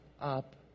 up